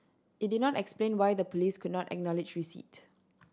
it did not explain why the police could not acknowledge receipt